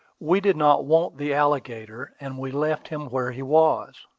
we did not want the alligator, and we left him where he was.